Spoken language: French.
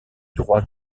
droit